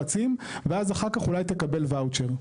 ואז אחרי כך אולי תקבל ואוצ'ר".